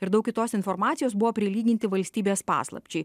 ir daug kitos informacijos buvo prilyginti valstybės paslapčiai